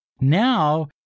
now